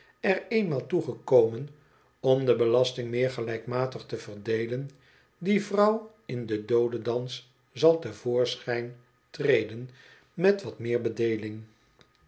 er eenmaal toe komen om de belasting meer gelijkmatig te verdeden die vrouw in den do o den dans zal te voorschijn treden met wat meer bedeeling